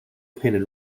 painted